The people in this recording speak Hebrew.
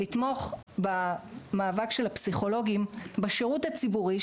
לתמוך במאבק של הפסיכולוגים בשירות הציבורי,